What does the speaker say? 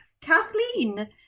Kathleen